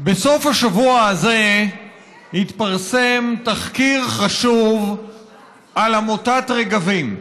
בסוף השבוע הזה התפרסם תחקיר חשוב על עמותת רגבים.